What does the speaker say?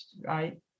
right